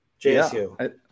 jsu